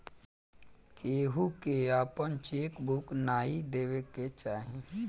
केहू के आपन चेक बुक नाइ देवे के चाही